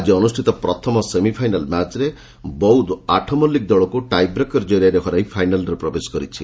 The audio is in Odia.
ଆଜି ଅନୁଷ୍ଷିତ ପ୍ରଥମ ସେମିଫାଇନାଲ୍ ମ୍ୟାଚ୍ରେ ବୌଦ୍ଧ ଆଠ ମଲ୍କିକ ଦଳକୁ ଟାଇବ୍ରେକର ଜରିଆରେ ହରାଇ ଫାଇନାଲ୍ରେ ପ୍ରବେଶ କରିଛି